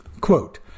quote